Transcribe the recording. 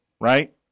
right